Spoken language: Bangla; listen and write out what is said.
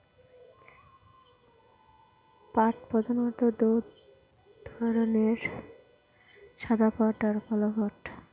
পাট প্রধানত দু ধরনের সাদা পাট আর কালো পাট